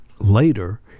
Later